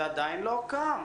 זה עדיין לא קם.